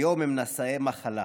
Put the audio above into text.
היום הם נשאי מחלה.